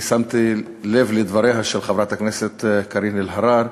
אני שמתי לב לדבריה של חברת הכנסת קארין אלהרר,